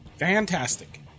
Fantastic